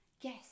Yes